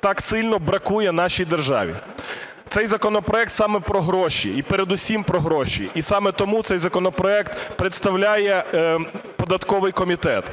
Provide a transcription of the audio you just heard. так сильно бракує нашій державі. Цей законопроект саме про гроші і передусім про гроші. І саме тому цей законопроект представляє податковий комітет.